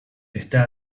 está